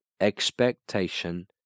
expectation